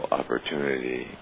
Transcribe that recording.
opportunity